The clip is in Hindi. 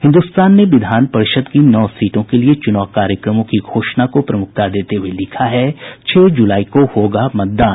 हिन्दुस्तान ने विधान परिषद की नौ सीटों के लिए चुनाव कार्यक्रमों की घोषणा को प्रमुखता देते हुये लिखा है छह जुलाई को होगा मतदान